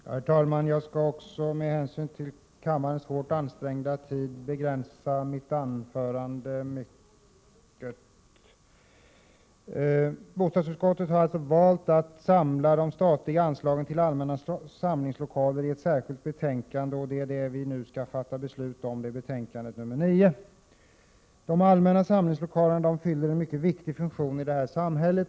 Herr talman! Jag skall också, med hänsyn till kammarens hårt ansträngda tidsschema, begränsa mitt anförande mycket. Bostadsutskottet har valt att samla de statliga anslagen till allmänna samlingslokaler i ett särskilt betänkande. Det är hemställan i det betänkandet, bostadsutskottets betänkande 9, vi nu skall fatta beslut om. De allmänna samlingslokalerna fyller en mycket viktig funktion i vårt samhälle.